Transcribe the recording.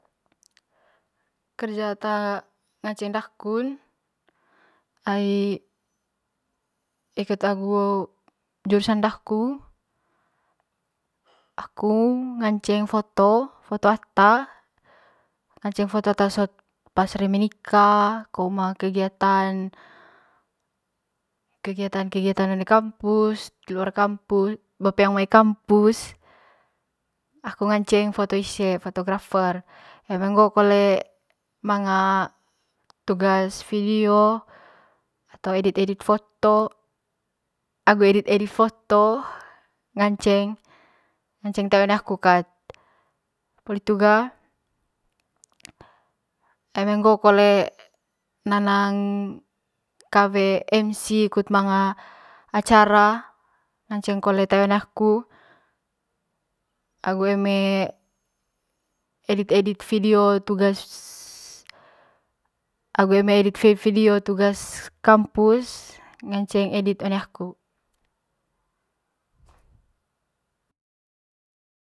Kerja ata nngaceng dakun ai ikut jurusan dakun aku ngaceng foto, foto ata ngaceng foto ata sot reme nika ko manga kegiatan, kegiatan kegiatan one kampus diluar kampus be peang mai kampus aku ngaceng foto ise foto grafer eme ngoo kole manga tugas vidio toe dit edit foto agu edit edit foto ngaceng ngaceng toi one aku kat poli hiitu ga eme ngoo kole nanag kawe emcsi kut manga acara ngaceng kole tae one aku agu eme edit edit vidio agu agu eme edit vidio tugas kampus ngaceng edit one aku.